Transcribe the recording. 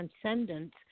transcendence